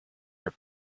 your